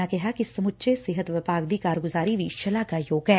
ਉਨ੍ਹਾਂ ਕਿਹਾ ਕਿ ਸਮੁੱਚੇ ਸਿਹਤ ਵਿਭਾਗ ਦੀ ਕਾਰਗੁ ਜ਼ਾਰੀ ਵੀ ਸ਼ਲਾਘਾ ਯੋਗ ਏ